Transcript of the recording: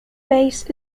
base